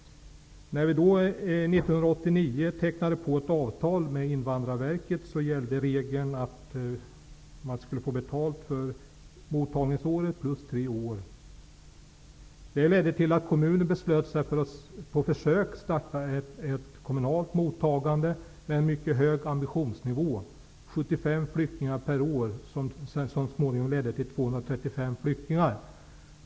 När vi 1989 tecknade ett avtal med Invandrarverket gällde regeln att man skulle få betalt för mottagningsåret och tre år till. Det ledde till att kommunen beslöt sig för att försöka starta ett kommunalt mottagande med en mycket hög ambitionsnivå, 75 flyktingar per år. Det ledde så småningom till 235 flyktingar.